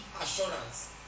assurance